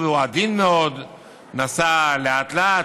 הוא עדין מאוד ונעשה" לאט-לאט,